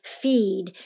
feed